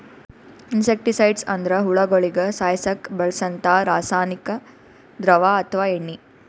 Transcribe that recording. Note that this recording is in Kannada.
ಇನ್ಸೆಕ್ಟಿಸೈಡ್ಸ್ ಅಂದ್ರ ಹುಳಗೋಳಿಗ ಸಾಯಸಕ್ಕ್ ಬಳ್ಸಂಥಾ ರಾಸಾನಿಕ್ ದ್ರವ ಅಥವಾ ಎಣ್ಣಿ